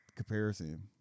Comparison